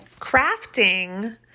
crafting